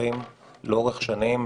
שנמשכים לאורך שנים.